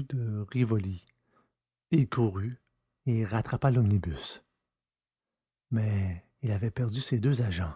de rivoli il courut et rattrapa l'omnibus mais il avait perdu ses deux agents